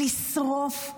לשרוף,